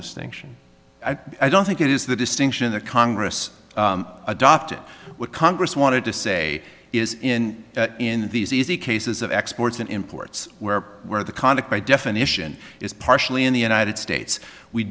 distinction i don't think it is the distinction that congress adopted what congress wanted to say is in in these easy cases of exports and imports where where the conic by definition is partially in the united states we